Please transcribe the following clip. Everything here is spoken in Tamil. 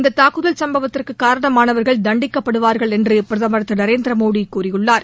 இந்த தாக்குதல் சும்பத்திற்கு காரணமானவர்கள் தண்டிக்கப்படுவார்கள் என்று பிரதமர் திரு நரேந்திர மோடி கூறியுள்ளார்